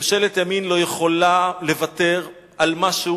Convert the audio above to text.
ממשלת ימין לא יכולה לוותר על משהו